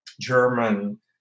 German